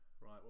Right